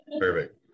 perfect